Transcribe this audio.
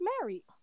married